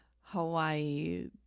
Hawaii